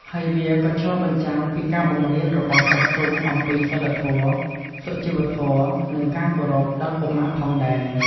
ហើយវាក៏ឆ្លុះបញ្ចាំងពីការបង្រៀនរបស់ចាស់ទុំអំពីសីលធម៌ សុជីវធម៌ និងការគោរព ដល់កុមារផងដែរ។